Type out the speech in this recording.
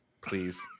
please